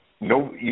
no